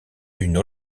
une